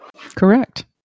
Correct